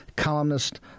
Columnist